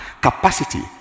capacity